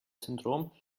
syndrom